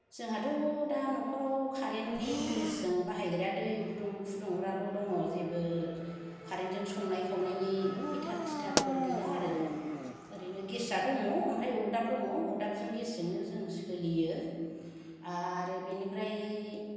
जोंहाथ' दा न'खराव कारेन्ट नि जिनिस जों बाहायग्राया दै गुदुं फुदुंग्राल' दङ जेबो कारेन्ट जों संनाय खावनायनि हिटार थिथारफोर गैया आरो ओरैनो गेसा दङ ओमफ्राय अरदाब दङ अरदाबजों गेस जोंनो जों सोलियो आरो बेनिफ्राय